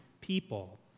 people